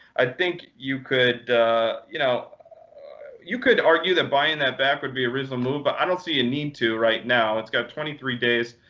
i think you could you know you could argue that buying that back would be a reasonable move, but i don't see a need to right now. it's got twenty three days.